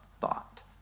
thought